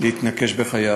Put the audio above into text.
להתנקש בחייו.